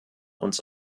uns